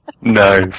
nice